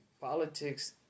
politics